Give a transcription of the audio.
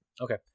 Okay